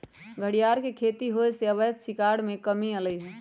घरियार के खेती होयसे अवैध शिकार में कम्मि अलइ ह